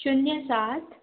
शुन्य सात